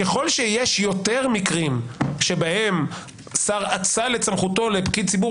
ככל שיש יותר מקרים שבהם שר אצל את סמכותו לפקיד ציבור,